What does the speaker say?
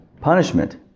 Punishment